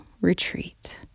retreat